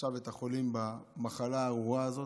ועכשיו את החולים במחלה הארורה הזו.